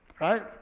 Right